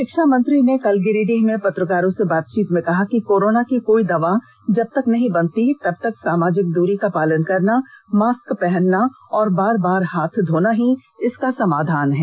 शिक्षा मंत्री ने कल गिरिडीह में पत्रकारों से बातचीत करते हए कहा कि कोरोना की कोई दवा जब तक नहीं बनती है तबतक सामाजिक दूरी का पालन करना मास्क पहनना और बार बार हाथ धोना ही इसका समाधान है